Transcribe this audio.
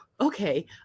okay